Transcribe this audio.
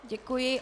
Děkuji.